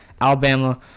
Alabama